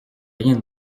rien